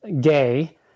gay